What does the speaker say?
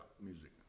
music